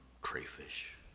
crayfish